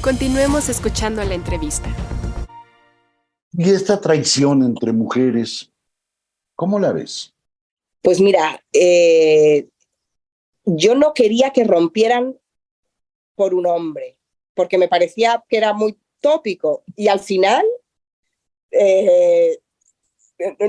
Continuemos escuchando la entrevista. Y esta traición entre mujeres, ¿cómo la ves? Pues mira, eh, yo no quería que rompieran por un hombre, porque me parecía que era muy tópico, y al final, eh,